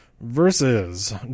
versus